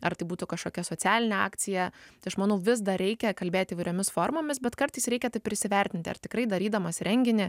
ar tai būtų kažkokia socialinė akcija tai aš manau vis dar reikia kalbėt įvairiomis formomis bet kartais reikia taip ir įsivertinti ar tikrai darydamas renginį